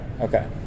Okay